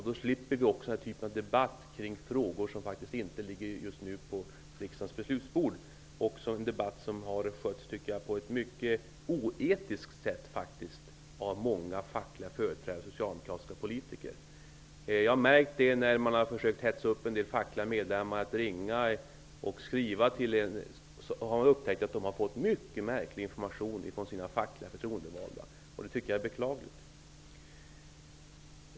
Då slipper vi också den här typen av debatt kring frågor som faktiskt inte ligger på riksdagens beslutsbord just nu -- en debatt som jag tycker har förts på ett mycket oetiskt sätt från många fackliga företrädares och socialdemokratiska politikers sida. Jag har ju märkt att man har försökt att hetsa upp en del fackliga medlemmar och få dem att ringa och skriva. Upptäckten har då gjorts att de har fått mycket märklig information från sina fackligt förtroendevalda. Det tycker jag är beklagligt.